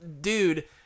dude